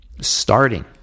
Starting